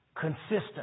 Consistent